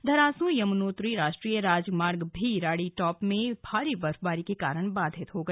धरासूं यमुनोत्री राष्ट्रीय राजमार्ग भी राड़ी टॉप में भारी बर्फबारी के कारण बाधित हो गया